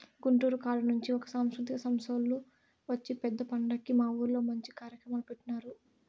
గుంటూరు కాడ నుంచి ఒక సాంస్కృతిక సంస్తోల్లు వచ్చి పెద్ద పండక్కి మా ఊర్లో మంచి కార్యక్రమాలు పెట్టినారు